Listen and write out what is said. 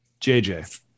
JJ